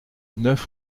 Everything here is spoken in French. neuf